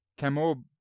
Kamob